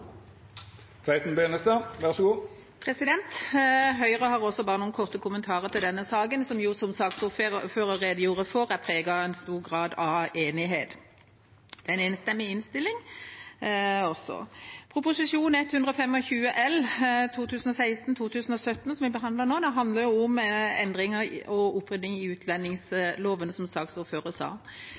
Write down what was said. Høyre har også bare noen korte kommentarer til denne saken, som jo, som saksordføreren redegjorde for, er preget av stor grad av enighet. Det er også en enstemmig innstilling. Prop. 125 L for 2016–2017, som vi behandler nå, handler om endringer og opprydding i utlendingsloven, som saksordføreren sa,